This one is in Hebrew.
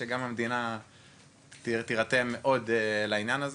שגם המדינה תירתם מאוד לעניין הזה.